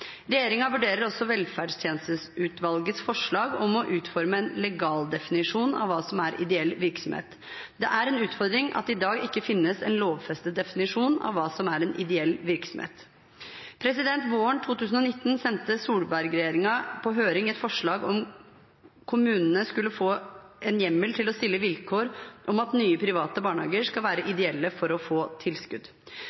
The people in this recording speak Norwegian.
vurderer også velferdstjenesteutvalgets forslag om å utforme en legaldefinisjon av hva som er en ideell virksomhet. Det er en utfordring at det i dag ikke finnes en lovfestet definisjon av hva som er en ideell virksomhet. Våren 2019 sendte Solberg-regjeringen på høring et forslag om kommunene skulle få en hjemmel til å stille vilkår om at nye private barnehager skal være ideelle for å få tilskudd. Høringsinstansene var delt i